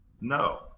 no